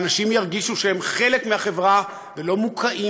ואנשים ירגישו שהם חלק מהחברה ולא מוקעים